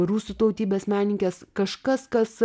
rusų tautybės meninkes kažkas kas